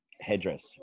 headdress